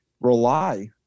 rely